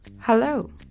Hello